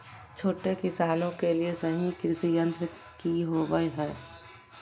छोटे किसानों के लिए सही कृषि यंत्र कि होवय हैय?